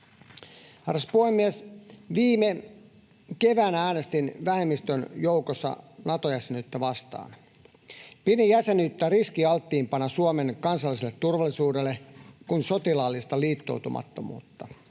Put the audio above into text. Arvoisa puhemies! Viime keväänä äänestin vähemmistön joukossa Nato-jäsenyyttä vastaan. Pidin jäsenyyttä riskialttiimpana Suomen kansalliselle turvallisuudelle kuin sotilaallista liittoutumattomuutta,